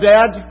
Dad